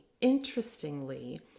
interestingly